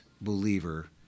believer